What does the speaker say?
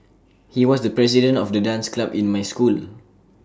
he was the president of the dance club in my school